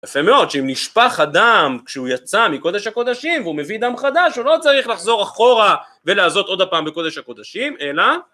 יפה מאוד שאם נשפך הדם כשהוא יצא מקודש הקודשים והוא מביא דם חדש הוא לא צריך לחזור אחורה ולהזות עוד הפעם בקודש הקודשים אלא